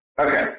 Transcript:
Okay